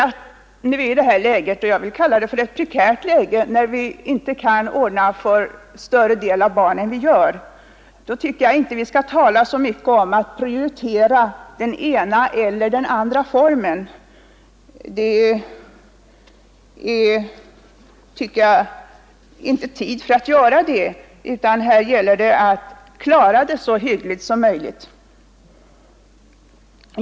När vi är i ett sådant läge — jag vill kalla det för ett prekärt läge — att vi inte kan ordna tillsyn för större del av barnen än som nu får är fallet, tycker jag inte att vi bör tala så mycket om att prioritera den ena eller den andra formen. Det är inte tid att göra det, utan här gäller det att klara uppgiften så hyggligt som möjligt.